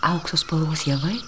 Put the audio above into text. aukso spalvos javai